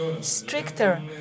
stricter